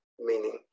meaning